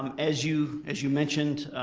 um as you as you mentioned,